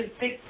big